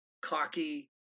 cocky